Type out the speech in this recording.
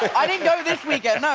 i didn't go this weekend, no.